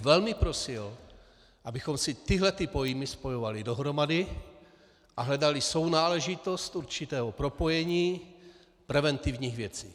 Velmi bych prosil, abychom si tyhle pojmy spojovali dohromady a hledali sounáležitost určitého propojení preventivních věcí.